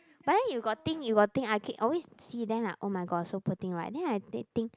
but then you got think you got think I can always see them like oh-my-god so poor thing right then I thin~ think